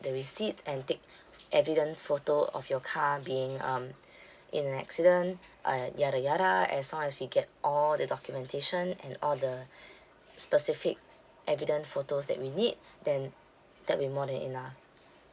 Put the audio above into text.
the receipts and take evidence photo of your car being um in accident uh yada yada as long as we get all the documentation and all the specific evident photos that we need then that will be more than enough